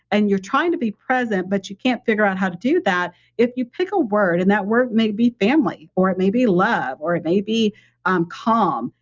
and you're trying to be present but you can't figure out how to do that. if you pick a word and that word may be family, or it may be love, or it may be um calm,